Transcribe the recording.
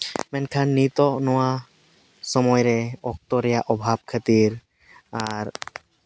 ᱢᱮᱱᱠᱷᱟᱱ ᱱᱤᱛᱚᱜ ᱱᱚᱣᱟ ᱥᱚᱢᱚᱭ ᱨᱮ ᱚᱠᱛᱚ ᱨᱮᱭᱟᱜ ᱚᱵᱷᱟᱵᱽ ᱠᱷᱟᱹᱛᱤᱨ ᱟᱨ